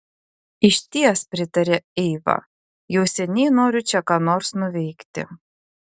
išties pritarė eiva jau seniai noriu čia ką nors nuveikti